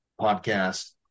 podcast